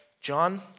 John